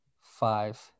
five